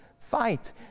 fight